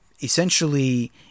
essentially